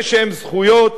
זכויות